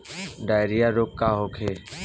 Diarrhoea रोग का होखे?